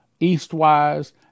eastwise